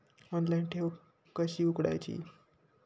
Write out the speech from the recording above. Online ठेव कशी उघडायची?